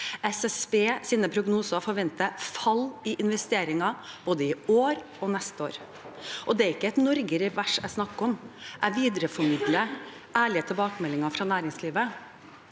SSBs prognoser forventer fall i investeringer både i år og neste år. Det er ikke et Norge i revers jeg snakker om, jeg videreformidler ærlige tilbakemeldinger fra næringslivet.